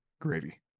Gravy